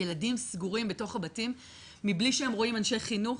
ילדים סגורים בתוך הבתים מבלי שהם רואים אנשי חינוך,